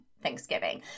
Thanksgiving